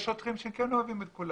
יש שוטרים שכן אוהבים את כולם.